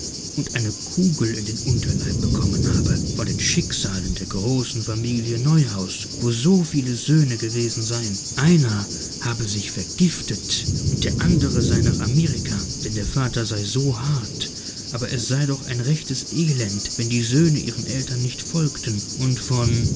und eine kugel in den unterleib bekommen habe von den schicksalen der großen familie neuhaus wo so viele söhne gewesen seien einer habe sich vergiftet und der andere sei nach amerika denn der vater sei so hart aber es sei doch ein rechtes elend wenn die söhne ihren eltern nicht folgten und von und von